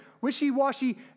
wishy-washy